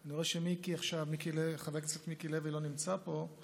אני רואה שחבר הכנסת מיקי לוי לא נמצא פה,